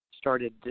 started